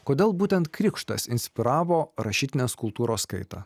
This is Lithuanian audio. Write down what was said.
kodėl būtent krikštas inspiravo rašytinės kultūros kaitą